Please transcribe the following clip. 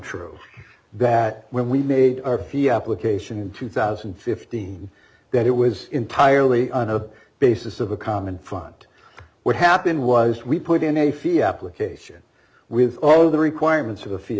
untrue that when we made our feet application in two thousand and fifteen that it was entirely on a basis of a common front what happened was we put in a field application with all of the requirements of a fee